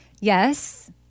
Yes